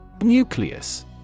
Nucleus